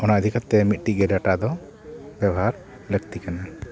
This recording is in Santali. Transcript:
ᱚᱱᱟ ᱤᱫᱤ ᱠᱟᱛᱮ ᱢᱤᱫᱴᱤᱡ ᱜᱮ ᱰᱟᱴᱟ ᱫᱚ ᱵᱮᱣᱦᱟᱨ ᱞᱟᱹᱠᱛᱤ ᱠᱟᱱᱟ